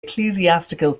ecclesiastical